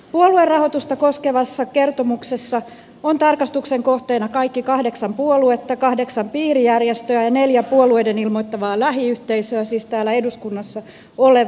puoluerahoitusta koskevassa kertomuksessa on tarkastuksen kohteena kaikki kahdeksan puoluetta kahdeksan piirijärjestöä ja neljä puolueiden ilmoittamaa lähiyhteisöä siis täällä eduskunnassa olevat puolueet